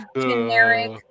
generic